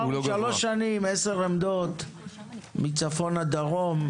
שלוש שנים, עשר עמדות מצפון עד דרום.